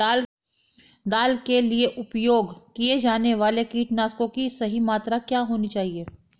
दाल के लिए उपयोग किए जाने वाले कीटनाशकों की सही मात्रा क्या होनी चाहिए?